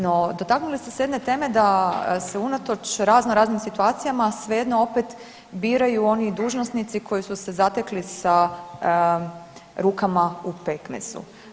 No dotaknuli ste se jedne teme da se unatoč razno raznim situacijama svejedno opet biraju oni dužnosnici koji su se zatekli sa rukama u pekmezu.